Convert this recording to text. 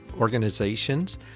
organizations